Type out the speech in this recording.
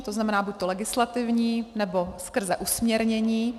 To znamená buďto legislativní, nebo skrze usměrnění.